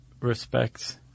respects